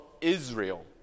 Israel